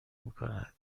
میکند